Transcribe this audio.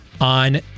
on